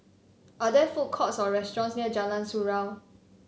are there food courts or restaurants near Jalan Surau